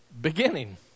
Beginning